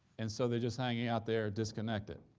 and so they're just hanging out there, disconnected.